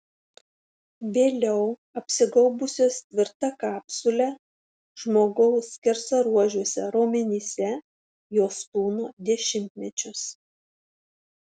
vėliau apsigaubusios tvirta kapsule žmogaus skersaruožiuose raumenyse jos tūno dešimtmečius